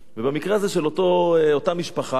ובמקרה הזה של אותה משפחה,